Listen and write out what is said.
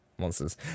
monsters